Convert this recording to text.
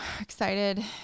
excited